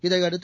இதையடுத்து